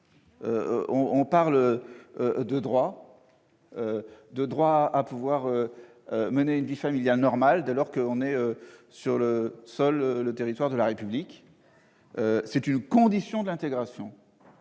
? Il s'agit du droit à pouvoir mener une vie familiale normale dès lors que l'on est sur le sol de la République. C'est une condition de l'intégration.